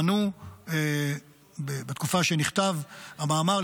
מנו בתקופה שבה נכתב המאמר,